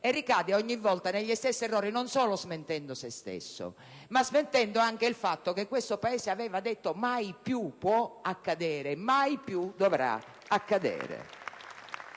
e ricade ogni volta negli stessi errori, non solo smentendo se stesso ma anche il fatto che questo Paese aveva detto: «Mai più può accadere, mai più dovrà accadere».